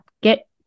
Get